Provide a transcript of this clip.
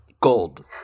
gold